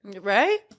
right